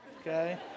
okay